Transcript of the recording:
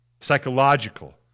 psychological